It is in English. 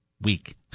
week